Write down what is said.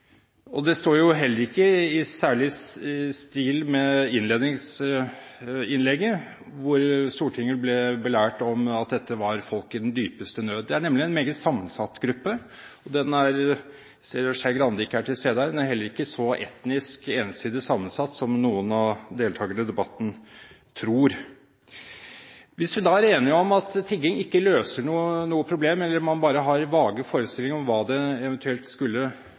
butikken. Det står heller ikke i særlig stil med innledningsinnlegget, hvor Stortinget ble belært om at dette var folk i den dypeste nød. Det er nemlig en meget sammensatt gruppe – jeg ser at Skei Grande ikke er til stede her – og den er heller ikke så etnisk ensidig sammensatt som noen av deltakerne i debatten tror. Hvis vi er enige om at tigging ikke løser noe problem, eller man bare har vage forestillinger om hva det eventuelt skulle